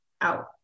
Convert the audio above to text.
out